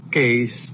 case